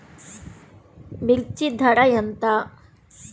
మిర్చి ధర ఎంత?